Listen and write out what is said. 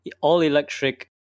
all-electric